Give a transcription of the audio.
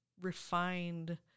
refined